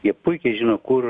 jie puikiai žino kur